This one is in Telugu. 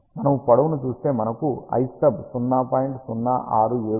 మనము పొడవు ని చూస్తే మనకు lstub 0